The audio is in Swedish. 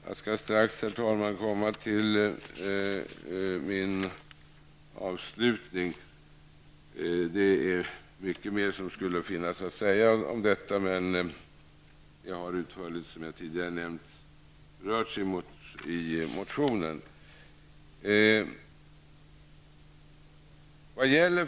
Det finns mycket mer att säga om detta, men, som jag tidigare har nämnt, har detta utförligt tagits upp i motionen.